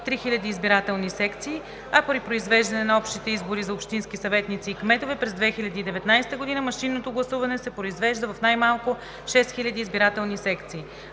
3000 избирателни секции, а при произвеждане на общите избори за общински съветници и кметове през 2019 г. машинното гласуване се произвежда в най-малко 6000 избирателни секции.